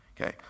okay